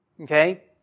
Okay